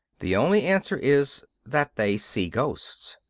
the only answer is that they see ghosts.